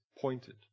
pointed